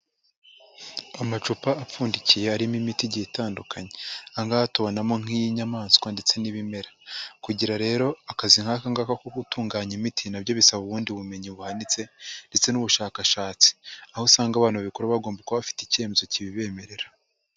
Amacupa apfundikiye arimo imiti igihe itandukanye, aha ngaha tubonamo nk'iy'inyamaswa ndetse n'ibimera, kugira rero akazi nk'aka ngaka ko gutunganya imiti nabyo bisaba ubundi bumenyi buhanitse ndetse n'ubushakashatsi, aho usanga abantu babikora bagomba kuba bafite icyemezo kibibemerera.